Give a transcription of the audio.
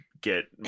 get